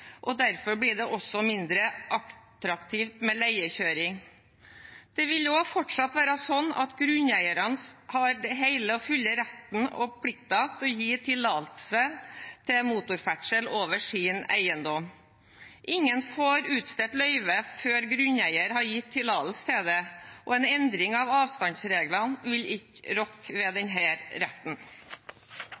Derfor blir det også mindre attraktivt med leiekjøring. Grunneierne vil fortsatt ha den hele og fulle rett og plikt til å gi tillatelse til motorferdsel over sin eiendom. Ingen får utstedt løyve før grunneier har gitt tillatelse til det, og en endring av avstandsreglene vil ikke rokke ved denne retten. Jeg må si det var litt spesielt å høre representanten Myrseths siste innlegg etter den